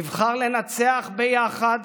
נבחר לנצח ביחד,